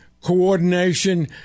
coordination